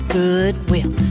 goodwill